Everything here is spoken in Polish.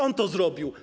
On to zrobił.